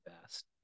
best